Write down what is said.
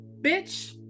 bitch